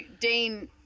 Dean